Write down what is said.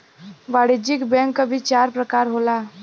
वाणिज्यिक बैंक क भी चार परकार होला